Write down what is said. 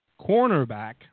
cornerback